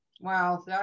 Wow